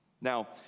Now